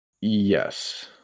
Yes